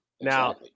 Now